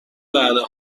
وعده